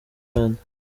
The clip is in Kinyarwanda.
rwanda